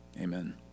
Amen